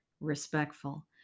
respectful